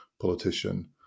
politician